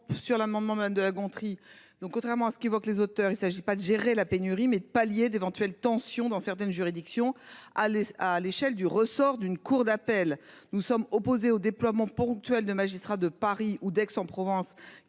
sur l'amendement madame de La Gontrie. Donc contrairement à ce qu'évoque les auteurs, il s'agit pas de gérer la pénurie mais pallier d'éventuelles tensions dans certaines juridictions, allez à l'échelle du ressort d'une cour d'appel. Nous sommes opposés au déploiement ponctuel de magistrats de Paris ou d'Aix en Provence